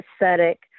aesthetic